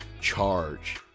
charge